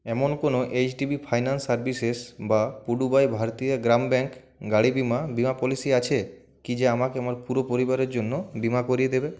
এমন কোনো H D B finance services বা পুডুভাই ভারথিয়ার গ্রাম ব্যাঙ্ক গাড়ি বিমা বিমা পলিসি আছে কি যা আমাকে আমার পুরো পরিবারের জন্য বিমা করিয়ে দেবে